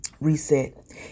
reset